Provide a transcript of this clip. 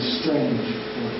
strange